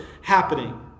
happening